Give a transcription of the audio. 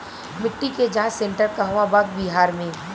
मिटी के जाच सेन्टर कहवा बा बिहार में?